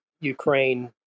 Ukraine